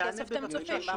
כסף אתם צופים?